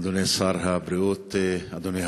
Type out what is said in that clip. אדוני שר הבריאות, אדוני